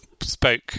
spoke